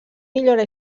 millora